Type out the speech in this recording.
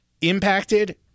Impacted